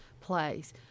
place